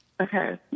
Okay